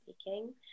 speaking